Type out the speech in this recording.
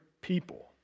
people